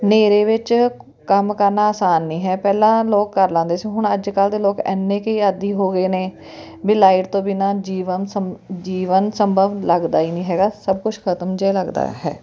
ਹਨੇਰੇ ਵਿੱਚ ਕੰਮ ਕਰਨਾ ਆਸਾਨ ਨਹੀਂ ਹੈ ਪਹਿਲਾਂ ਲੋਕ ਕਰ ਲੈਂਦੇ ਸੀ ਹੁਣ ਅੱਜ ਕੱਲ੍ਹ ਦੇ ਲੋਕ ਇੰਨੇ ਕੁ ਆਦੀ ਹੋ ਗਏ ਨੇ ਵੀ ਲਾਈਟ ਤੋਂ ਬਿਨਾਂ ਜੀਵਨ ਸੰਭ ਜੀਵਨ ਸੰਭਵ ਲੱਗਦਾ ਹੀ ਨਹੀਂ ਹੈਗਾ ਸਭ ਕੁਛ ਖਤਮ ਜਿਹਾ ਲੱਗਦਾ ਹੈ